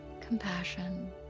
compassion